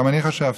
גם אני חשבתי.